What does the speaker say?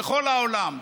בכל העולם.